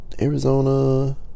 Arizona